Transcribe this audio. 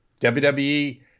WWE